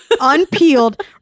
unpeeled